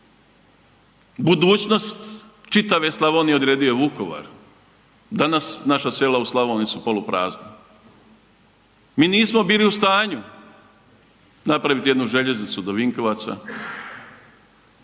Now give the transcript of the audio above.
budućnost čitave Slavonije odredio je Vukovar. Danas sela u Slavoniji su poluprazna. Mi nismo bili u stanju napraviti jednu željeznicu do Vinkovaca